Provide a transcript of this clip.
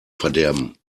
verderben